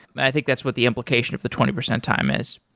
i think that's what the implication of the twenty percent time is.